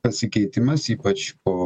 pasikeitimas ypač po